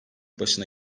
başına